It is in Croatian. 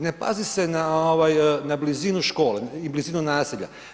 Ne pazi se na blizinu škole i blizinu naselja.